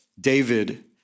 David